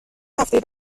هفته